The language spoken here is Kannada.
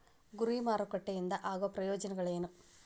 ಗುರಿ ಮಾರಕಟ್ಟೆ ಇಂದ ಆಗೋ ಪ್ರಯೋಜನಗಳೇನ